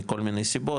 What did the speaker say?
מכל מיני סיבות,